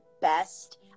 best